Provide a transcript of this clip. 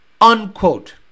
unquote